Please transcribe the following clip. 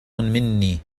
مني